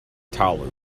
taluk